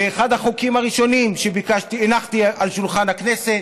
ואחד החוקים הראשונים שהנחתי על שולחן הכנסת